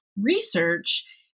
research